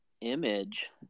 image